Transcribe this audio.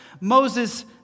Moses